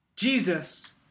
Jesus